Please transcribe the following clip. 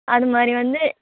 அது மாதிரி வந்து